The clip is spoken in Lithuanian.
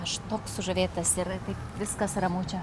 aš toks sužavėtas ir tai viskas ramu čia